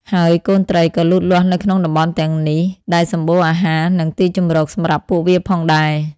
ហើយកូនត្រីក៏លូតលាស់នៅក្នុងតំបន់ទាំងនេះ ដែលសម្បូរអាហារ និងទីជម្រកសម្រាប់ពួកវាផងដែរ។